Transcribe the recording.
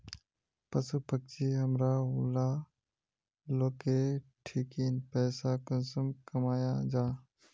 पशु पक्षी हमरा ऊला लोकेर ठिकिन पैसा कुंसम कमाया जा?